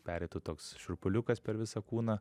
pereitų toks šiurpuliukas per visą kūną